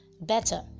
better